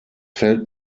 fällt